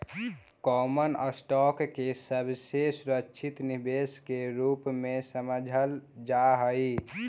common stock के सबसे सुरक्षित निवेश के रूप में समझल जा हई